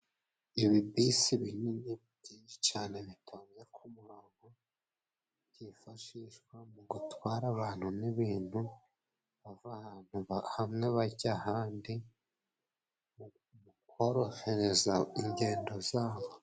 Ibibisi binini byinshi cane bitonze umurongo byifashishwa mu gutwara abantu n'ibintu bava ahantu hamwe bajya ahandi mu korohereza ingendo zabo.